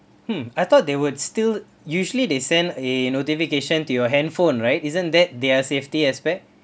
hmm I thought they would still usually they sent a notification to your handphone right isn't that their safety aspect